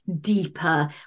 deeper